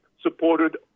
supported